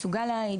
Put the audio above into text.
מסוגל להעיד,